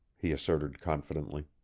he asserted confidently.